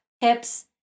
hips